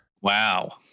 wow